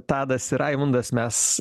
tadas ir raimundas mes